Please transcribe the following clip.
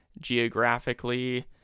geographically